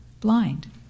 blind